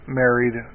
married